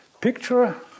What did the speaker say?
picture